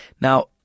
Now